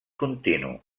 continu